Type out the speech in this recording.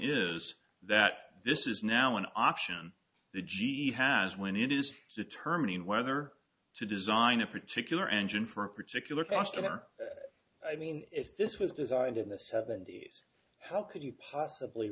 is that this is now an option the g e has when it is determining whether to design a particular engine for a particular customer i mean if this was designed in the seventy's how could you possibly